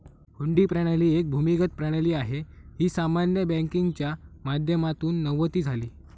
हुंडी प्रणाली एक भूमिगत प्रणाली आहे, ही सामान्य बँकिंगच्या माध्यमातून नव्हती झाली